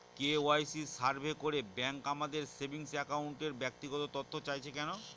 KYC survey করে bank আমাদের saving অ্যাকাউন্টের ব্যক্তিগত তথ্য চাইছে কেন?